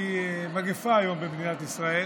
היא מגפה היום במדינת ישראל.